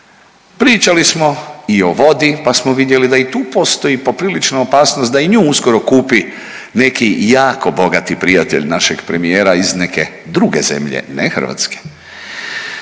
Pričali smo i o vodi, pa smo vidjeli da i tu postoji poprilična opasnost da i nju uskoro kupi neki jako bogati prijatelj našeg premijera iz neke druge zemlje, ne Hrvatske.